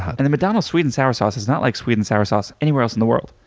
and the mcdonalds sweet and sour sauce is not like sweet and sour sauce anywhere else in the world.